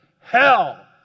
hell